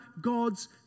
God's